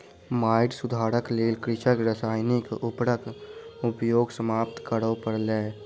माइट सुधारक लेल कृषकक रासायनिक उर्वरक उपयोग समाप्त करअ पड़लैन